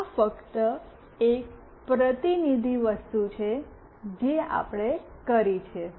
આ ફક્ત એક પ્રતિનિધિ વસ્તુ છે જે આપણે કરી છે